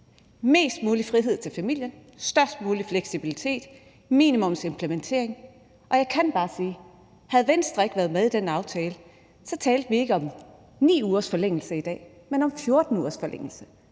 mest mulig frihed til familien, størst mulig fleksibilitet og minimumsimplementering. Og jeg kan bare sige: Havde Venstre ikke været med i den aftale, talte vi ikke om 9 ugers forlængelse i dag, men om 14 ugers forlængelse.